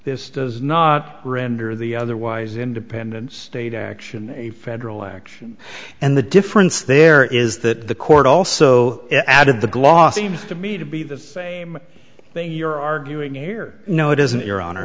this does not render the otherwise independent state action a federal action and the difference there is that the court also added the glossy to me to be the same thing you're arguing here no it isn't your hon